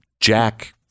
Jack